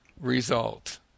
result